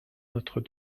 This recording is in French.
notre